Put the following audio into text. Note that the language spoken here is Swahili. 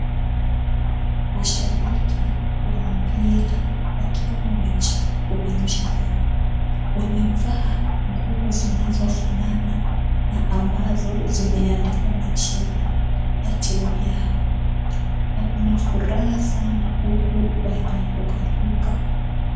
Mashabiki wa mpira wakiwa wamejaa uwanjani. Wamevaa nguo zinazofanana na ambazo zimeandikwa majina ya timu yao. Wako na furaha sana huku wanarukaruka.